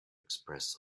express